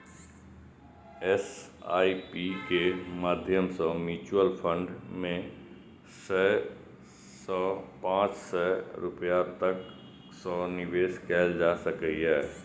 SIP के माध्यम सं म्यूचुअल फंड मे सय सं पांच सय रुपैया तक सं निवेश कैल जा सकैए